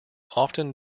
often